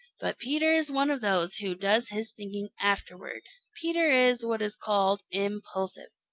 but peter is one of those who does his thinking afterward. peter is what is called impulsive.